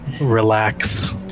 relax